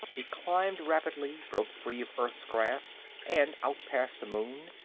it climbed rapidly, broke free of earth's grasp, and, out past the moon,